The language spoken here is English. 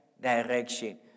direction